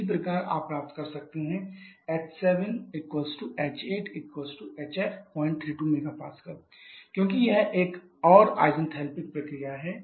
इसी प्रकार आप प्राप्त कर सकते हैं h7hf032 MPah8 क्योंकि यह एक और isenthalpic प्रक्रिया है